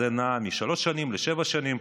זה נע משלוש שנים לשבע שנים.